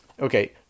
Okay